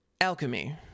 alchemy